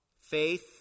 Faith